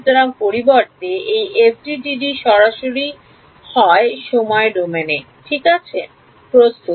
সুতরাং পরিবর্তে এই FDTD সরাসরি হয় সময় ডোমেন ঠিক আছে প্রস্তুত